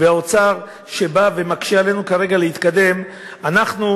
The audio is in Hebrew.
והאוצר שבא ומקשה עלינו כרגע להתקדם, אנחנו,